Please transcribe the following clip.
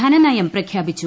ധനനയം പ്രഖ്യാപിച്ചു